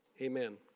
Amen